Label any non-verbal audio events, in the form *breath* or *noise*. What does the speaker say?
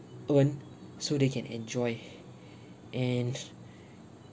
earn so they can enjoy *breath* and *laughs*